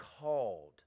called